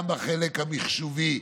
גם בחלק המחשובי,